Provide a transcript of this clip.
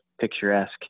picturesque